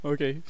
Okay